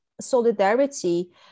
solidarity